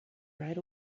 right